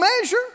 measure